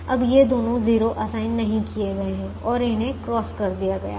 अब ये दोनों 0 असाइन नहीं किए गए हैं और इन्हें क्रॉस कर दिया गया है